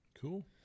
Cool